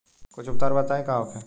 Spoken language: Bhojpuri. कुछ उपचार बताई का होखे?